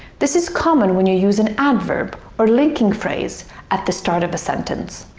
this is common when you use an adverb or linking phrase at the start of a sentence.